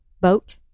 boat